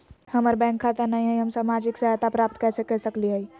हमार बैंक खाता नई हई, हम सामाजिक सहायता प्राप्त कैसे के सकली हई?